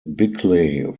bickley